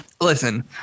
listen